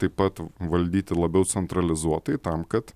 taip pat valdyti labiau centralizuotai tam kad